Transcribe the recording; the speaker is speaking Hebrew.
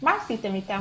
מה עשיתם איתם?